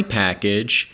package